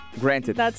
Granted